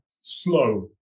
slow